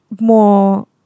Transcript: more